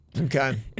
Okay